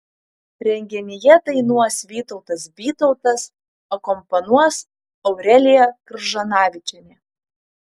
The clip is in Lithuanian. renginyje dainuos vytautas bytautas akompanuos aurelija kržanavičienė